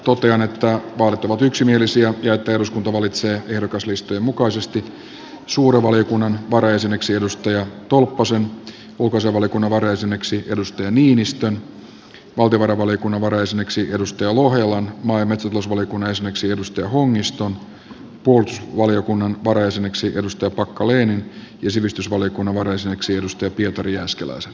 totean että vaalit ovat yksimielisiä ja että eduskunta valitsee ehdokaslistojen mukaisesti suuren valiokunnan varajäseneksi maria tolppasen ulkoasiainvaliokunnan varajäseneksi jussi niinistön valtiovarainvaliokunnan varajäseneksi maria lohelan maa ja metsätalousvaliokunnan jäseneksi reijo hongiston puolustusvaliokunnan varajäseneksi tom packalenin ja sivistysvaliokunnan varajäseneksi pietari jääskeläisen